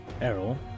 Errol